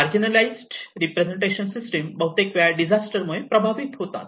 marginalised representation system बहुतेक वेळा disaster मुळे प्रभावित होतात